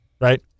Right